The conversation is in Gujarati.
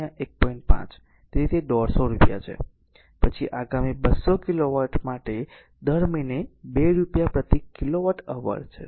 5 તેથી તે 150 રૂપિયા છે પછી આગામી 200 કિલોવોટ અવર માટે દર મહિને 2 રૂપિયા પ્રતિ કિલોવોટ અવર છે